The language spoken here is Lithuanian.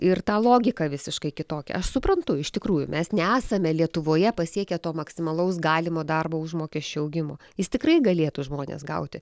ir tą logiką visiškai kitokią aš suprantu iš tikrųjų mes nesame lietuvoje pasiekę to maksimalaus galimo darbo užmokesčio augimo jis tikrai galėtų žmonės gauti